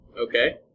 Okay